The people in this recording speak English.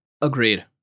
agreed